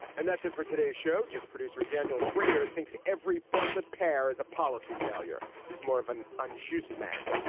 and that's it for today's show just producer daniel schrader thinks every bartlett pear is a policy failure. he's more of an unjust man.